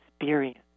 experience